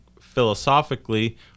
philosophically